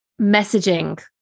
messaging